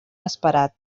esperat